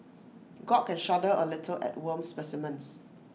gawk and shudder A little at worm specimens